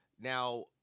now